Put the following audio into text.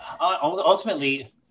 ultimately